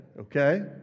okay